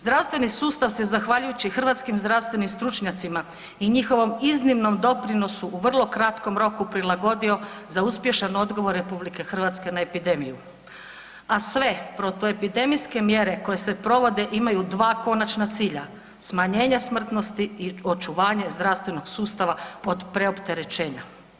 Zdravstveni sustav se zahvaljujući hrvatskim zdravstvenim stručnjacima i njihovom iznimnom doprinosu u vrlo kratkom roku prilagodio za uspješan odgovor RH na epidemiju, a sve protu epidemijske mjere koje se provode imaju dva konačna cilja, smanjenje smrtnosti i očuvanje zdravstvenog sustava od preopterećenja.